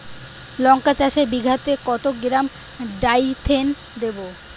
লঙ্কা চাষে বিঘাতে কত গ্রাম ডাইথেন দেবো?